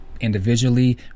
individually